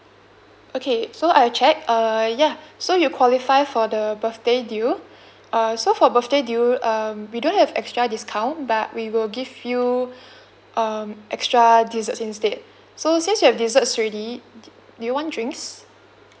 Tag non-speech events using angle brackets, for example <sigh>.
okay so I have checked err ya so you qualify for the birthday deal uh so for birthday deal um we don't have extra discount but we will give you <breath> um extra desserts instead so since you have desserts already d~ do you want drinks